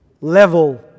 level